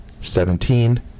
seventeen